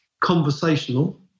conversational